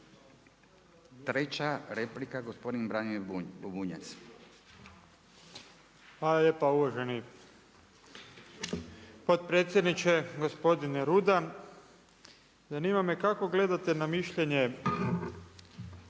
Treća replika, gospodin Branimir Bunjac.